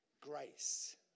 grace